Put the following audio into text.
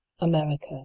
America